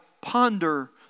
ponder